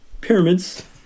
pyramids